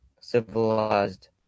civilized